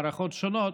מערכות שונות,